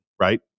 right